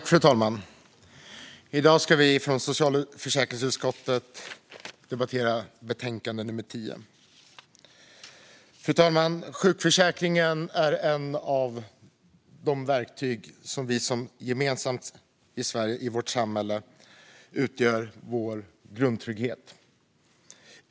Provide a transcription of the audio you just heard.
Fru talman! I dag ska vi från socialförsäkringsutskottet debattera betänkandet om utgiftsområde 10. Fru talman! Sjukförsäkringen är ett av de verktyg som är gemensamt för oss i Sverige och vårt samhälle och som utgör vår grundtrygghet.